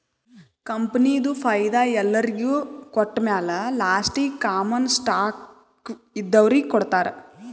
ಕಂಪನಿದು ಫೈದಾ ಎಲ್ಲೊರಿಗ್ ಕೊಟ್ಟಮ್ಯಾಲ ಲಾಸ್ಟೀಗಿ ಕಾಮನ್ ಸ್ಟಾಕ್ದವ್ರಿಗ್ ಕೊಡ್ತಾರ್